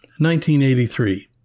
1983